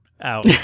out